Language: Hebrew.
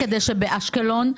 כדי שבאשקלון,